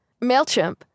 MailChimp